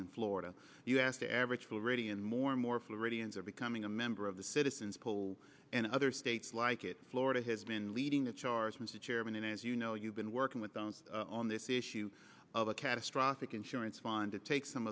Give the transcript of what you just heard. in florida you ask the average school ready and more and more floridians are becoming a member of the citizens pool and other states like it florida has been leading the charge mr chairman as you know you've been working with downs on this issue of a catastrophic insurance fund to take some